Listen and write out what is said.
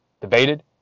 debated